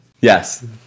Yes